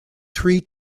three